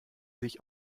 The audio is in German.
sich